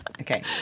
Okay